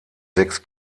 sechs